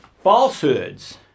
falsehoods